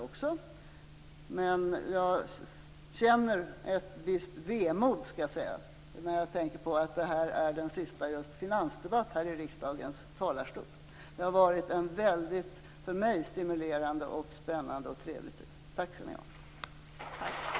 Jag måste säga att jag känner ett visst vemod när jag tänker på att det här är den sista finansdebatten som jag får stå här i riksdagens talarstol. Det har varit en för mig väldigt stimulerande, spännande och trevlig tid. Tack skall ni ha!